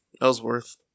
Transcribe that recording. Ellsworth